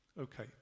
Okay